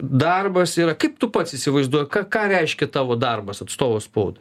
darbas yra kaip tu pats įsivaizduoji ką ką reiškia tavo darbas atstovo spaudai